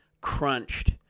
crunched